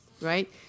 right